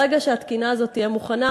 ברגע שהתקינה הזאת תהיה מוכנה,